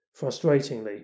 frustratingly